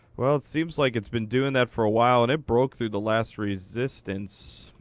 well, it seems like it's been doing that for a while. and it broke through the last resistance.